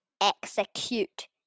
Execute